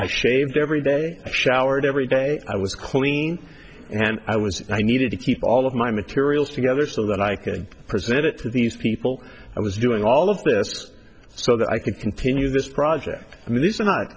i shaved every day showered every day i was clean and i was i needed to keep all of my materials together so that i could present it to these people i was doing all of this so that i could continue this project and these are not